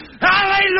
Hallelujah